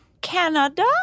Canada